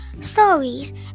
stories